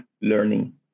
learning